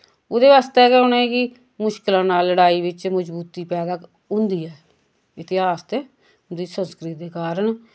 ओह्दे वास्तै गै उनें गी मुश्कलां नाल लड़ाई विच मजबूती पैदा होंदी ऐ इतिहास ते उंदी संस्कृति कारण